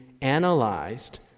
analyzed